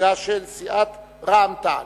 נציגה של סיעת רע"ם-תע"ל.